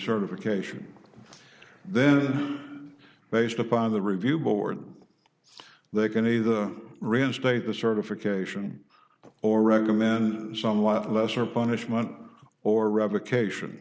certification and then based upon the review board they can either reinstate the certification or recommend somewhat lesser punishment or revocation